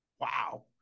Wow